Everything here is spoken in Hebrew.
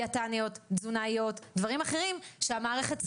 דיאטניות, תזונאיות, דברים אחרים שהמערכת צריכה.